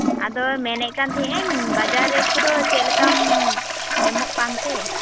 ᱟᱫᱚ ᱢᱮᱱᱮᱛ ᱠᱟᱱ ᱛᱟᱦᱮᱱᱟᱹᱧ ᱵᱟᱡᱟᱨ ᱨᱮᱴ ᱠᱚᱫᱚ ᱪᱮᱫ ᱞᱮᱠᱟᱢ ᱮᱢᱚᱜ ᱠᱟᱱᱛᱮ